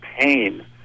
pain